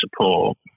support